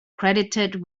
credited